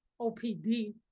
opd